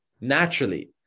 naturally